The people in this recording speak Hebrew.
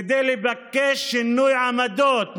כדי לבקש שינוי עמדות מדיניות,